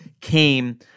came